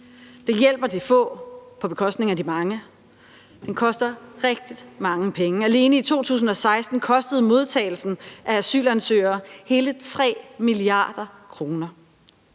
Den hjælper de få på bekostning af de mange. Den koster rigtig mange penge; alene i 2016 kostede modtagelsen af asylansøgere hele 3 mia. kr.